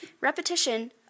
Repetition